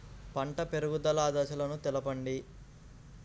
పంట పెరుగుదల దశలను తెలపండి?